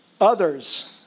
others